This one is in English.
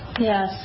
Yes